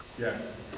Yes